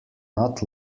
not